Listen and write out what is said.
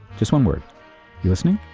just one word. you listening?